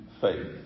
faith